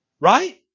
Right